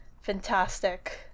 fantastic